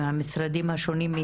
מהמשרדים השונים,